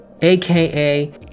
aka